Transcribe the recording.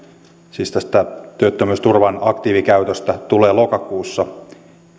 siis tästä työttömyysturvan aktiivikäytöstä tulee lokakuussa